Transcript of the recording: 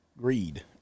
Greed